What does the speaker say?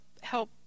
help